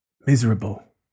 miserable